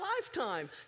lifetime